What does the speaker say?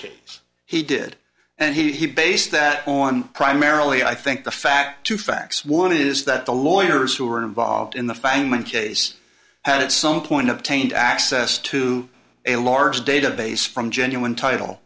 case he did and he based that on primarily i think the fact two facts one is that the lawyers who were involved in the fine case had at some point obtained access to a large database from genuine title